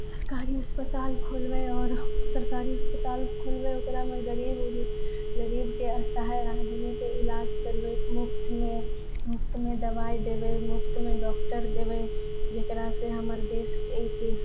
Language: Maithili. सरकारी अस्पताल खोलबै आओर सरकारी अस्पताल खोलबै ओकरामे गरीब गरीबके असहाय आदमीके इलाज करबै मुफ्तमे मुफ्तमे दबाइ देबै मुफ्तमे डॉक्टर देबै जकरा से हमर देश अथी